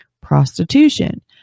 prostitution